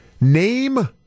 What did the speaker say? Name